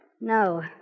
No